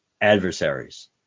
adversaries